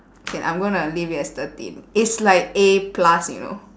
K I'm gonna leave it as thirteen it's like A plus you know